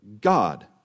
God